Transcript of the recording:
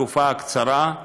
בתקופה הקצרה.